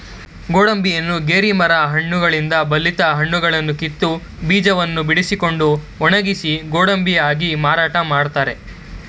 ಗೋಡಂಬಿಯನ್ನ ಗೇರಿ ಮರ ಹಣ್ಣುಗಳಿಂದ ಬಲಿತ ಹಣ್ಣುಗಳನ್ನು ಕಿತ್ತು, ಬೀಜವನ್ನು ಬಿಡಿಸಿಕೊಂಡು ಒಣಗಿಸಿ ಗೋಡಂಬಿಯಾಗಿ ಮಾರಾಟ ಮಾಡ್ತರೆ